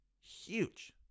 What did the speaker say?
huge